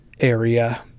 area